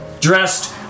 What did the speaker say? dressed